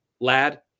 Lad